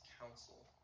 counsel